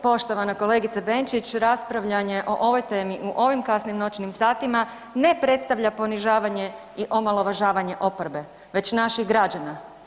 Poštovana kolegice Benčić, raspravljanje o ovoj temi u ovim kasnim noćnim satima ne predstavlja ponižavanje i omalovažavanje oporbe već naših građana.